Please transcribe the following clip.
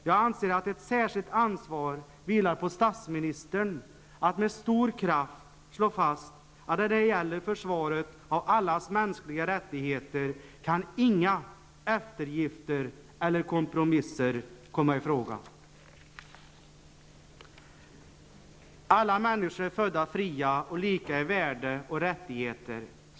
Jag anser att ett särskilt ansvar vilar på statsministern för att med stor kraft slå fast, att när det gäller försvaret av allas mänskliga rättigheter kan inga eftergifter eller kompromisser komma i fråga. ''Alla människor äro födda fria och lika i värde och rättigheter.''